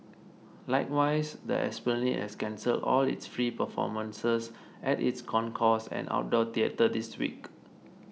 likewise the Esplanade has cancelled all its free performances at its concourse and outdoor theatre this week